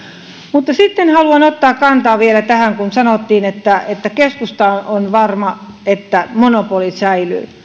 mutta sitten haluan ottaa kantaa vielä tähän kun sanottiin että että keskusta on varma että monopoli säilyy